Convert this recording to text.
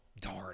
darn